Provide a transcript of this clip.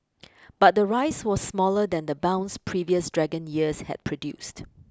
but the rise was smaller than the bounce previous Dragon years had produced